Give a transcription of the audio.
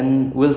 mm